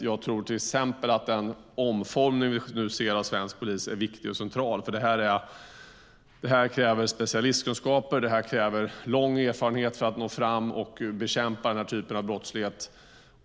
Jag tror till exempel att den omformning vi nu ser av svensk polis är viktig och central, för det kräver specialistkunskaper och lång erfarenhet för att nå fram och bekämpa den här typen av brottslighet.